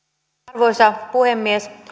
arvoisa puhemies